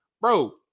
Bro